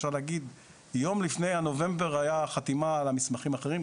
ממש יום לפני נובמבר הייתה חתימה על המסמכים האחרים,